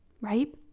right